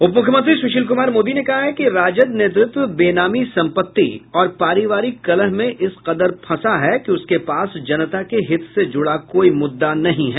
उप मुख्यमंत्री सुशील कुमार मोदी ने कहा है कि राजद नेतृत्व बेनामी सम्पत्ति और पारिवारिक कलह में इस कदर फंसा है कि उसके पास जनता के हित से जुड़ा कोई मुद्दा नहीं है